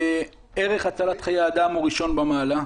ערך הצלת חיי אדם הוא ראשון במעלה,